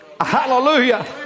Hallelujah